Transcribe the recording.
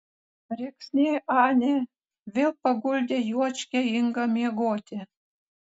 rėksnė anė vėl paguldė juočkę ingą miegoti